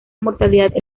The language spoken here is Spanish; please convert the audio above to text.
mortalidad